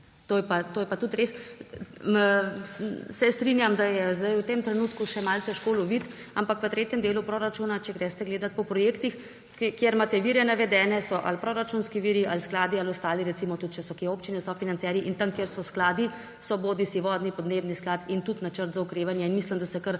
To je pa tudi res. Se strinjam, da je v tem trenutku še malo težko loviti, ampak v tretjem delu proračuna, če greste gledat po projektih, kjer imate navedene vire, so ali proračunski viri ali skladi ali ostali, recimo tudi če so kje občine sofinancerji, in tam, kjer so skladi, so vodni, podnebni sklad in tudi načrt za okrevanje. Mislim, da se kar